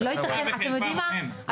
אתם יודעים מה,